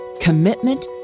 commitment